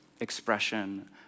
expression